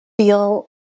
feel